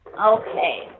Okay